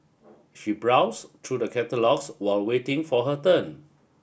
she browsed to the catalogs while waiting for her turn